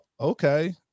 okay